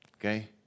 Okay